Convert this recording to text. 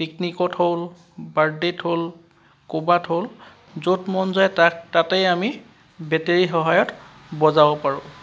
পিকনিকত হ'ল বাৰ্থডেত হ'ল কৰ'বাত হ'ল য'ত মন যাই তাক তাতে আমি বেটেৰী সহায়ত বজাব পাৰোঁ